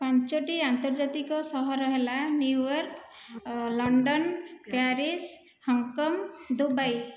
ପାଞ୍ଚଟି ଆନ୍ତର୍ଜାତିକ ସହର ହେଲା New York London Paris Hong Kong Dubai